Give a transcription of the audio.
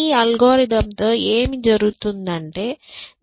ఈ అల్గోరిథంతో ఏమి జరుగుతుందంటే